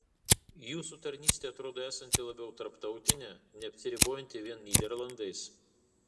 jūsų tarnystė atrodo esanti labiau tarptautinė neapsiribojanti vien nyderlandais